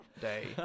day